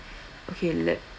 okay let